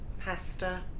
pasta